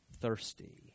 thirsty